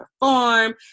perform